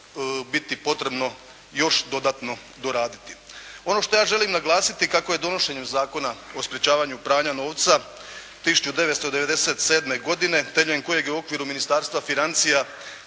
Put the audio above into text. biti potrebno još dodatno doraditi. Ono što ja želim naglasiti kako je donošenjem Zakona o sprječavanju pranja novca 1997. godine temeljem kojeg je u okviru Ministarstva financija